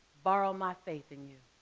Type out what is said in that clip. borrow my faith in you,